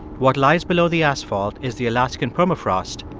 what lies below the asphalt is the alaskan permafrost,